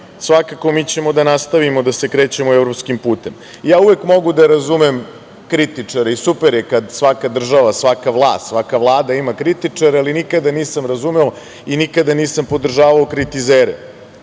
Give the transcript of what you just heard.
svakako da ćemo da nastavimo da se krećemo evropskim putem. Uvek mogu da razumem kritičare i super je kada svaka država, svaka vlast, svaka Vlada ima kritičare, ali nikada nisam razumeo i nikada nisam podržavao kritizere.